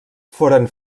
foren